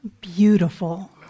beautiful